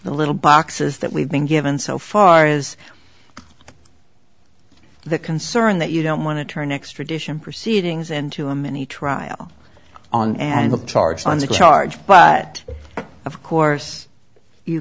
the little boxes that we've been given so far is the concern that you don't want to turn extradition proceedings into a mini trial on and of charges on the charge but of course you